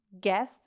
Guess